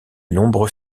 nombreux